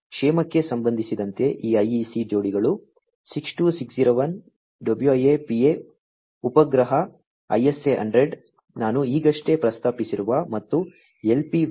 ಕ್ಷೇಮಕ್ಕೆ ಸಂಬಂಧಿಸಿದಂತೆ ಈ IEC ಜೋಡಿಗಳು 62601 WIA PA ಉಪಗ್ರಹ ISA 100 ನಾನು ಈಗಷ್ಟೇ ಪ್ರಸ್ತಾಪಿಸಿರುವ ಮತ್ತು LPWAN